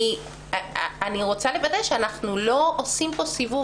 אני רוצה לוודא שאנחנו לא עושים כאן סיבוב